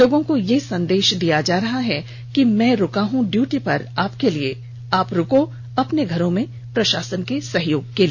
लोगों को यह संदेष दिया जा रहा है कि मैं रुका हूं ड्यूटी पर आपके लिए आप रुको अपने घरों में प्रशासन के सहयोग के लिए